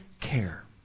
care